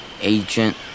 Agent